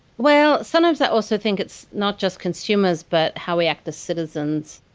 well, sometimes i also think it's not just consumers, but how we act as citizens.